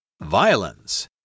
Violence